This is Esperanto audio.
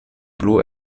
plu